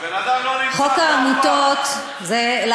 חוק העמותות, הבן-אדם לא נמצא פה אף פעם.